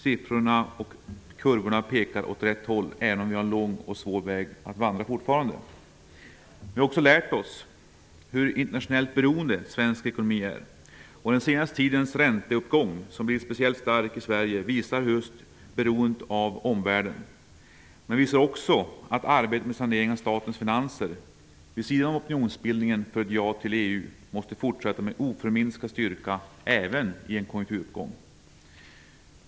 Siffrorna och kurvorna pekar åt rätt håll, även om vi fortfarande har en lång och svår väg att vandra. Vi har också lärt oss hur internationellt beroende den svenska ekonomin är. Den senaste tidens ränteuppgång, som blivit speciellt stark i Sverige, visar just beroendet av omvärlden. Men den visar också att arbetet med saneringen av statens finanser, vid sidan om opinionsbildningen för ett ja till EU, måste fortsätta med oförminskad styrka även i en konjunkturuppgång.